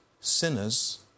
Sinners